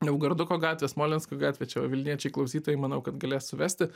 naugarduko gatvė smolensko gatvė čia va vilniečiai klausytojai manau kad galės suvesti